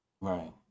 Right